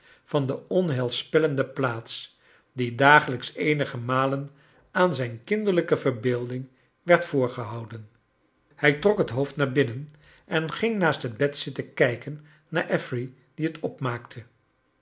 van de onheilspellende plaats die dagelijks eenige nialen aan zijn kinderlijke verbeelding werd voorgehouden hij trok het hoofd naar binnen en ging naast het bed zitten kijken naar affery die het opmaakte